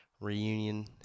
reunion